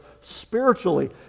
spiritually